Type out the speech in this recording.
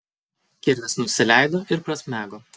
kirvis nusileido ir prasmego